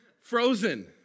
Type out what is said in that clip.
frozen